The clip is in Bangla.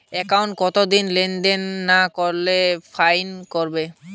একাউন্টে কতদিন লেনদেন না করলে ফাইন কাটবে?